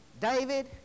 David